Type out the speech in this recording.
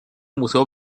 museo